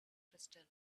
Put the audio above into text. crystal